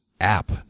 app